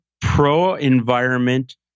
pro-environment